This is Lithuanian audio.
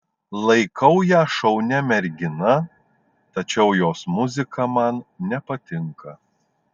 laikau ją šaunia mergina tačiau jos muzika man nepatinka